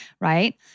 right